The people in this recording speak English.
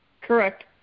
Correct